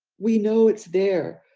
we know it's there.